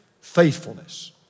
faithfulness